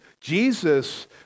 Jesus